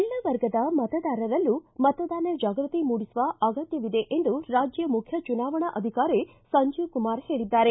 ಎಲ್ಲ ವರ್ಗದ ಮತದಾರರಲ್ಲೂ ಮತದಾನ ಜಾಗೃತಿ ಮೂಡಿಸುವ ಅಗತ್ಯವಿದೆ ಎಂದು ರಾಜ್ಯ ಮುಖ್ಯ ಚುನಾವಣಾಧಿಕಾರಿ ಸಂಜೀವ್ ಕುಮಾರ್ ಹೇಳಿದ್ದಾರೆ